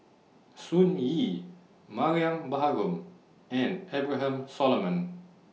Sun Yee Mariam Baharom and Abraham Solomon